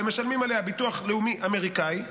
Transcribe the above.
הם משלמים עליה ביטוח לאומי אמריקאי,